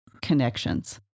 connections